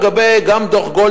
גם לגבי דוח-גולדברג,